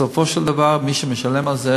בסופו של דבר, מי שמשלם על זה